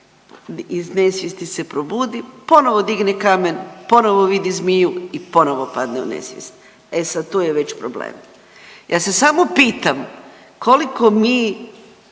Iz nesvijesti se probudi, ponovno digne kamen, ponovo vidi zmiju i ponovo padne u nesvijest. E sad tu je već problem. Ja se samo pitam koliko mi